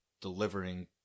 delivering